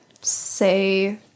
say